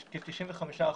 כ-95%,